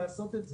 לעשות את זה.